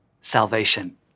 salvation